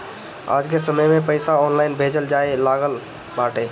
आजके समय में पईसा ऑनलाइन भेजल जाए लागल बाटे